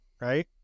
right